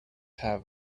have